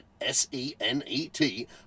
S-E-N-E-T